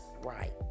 right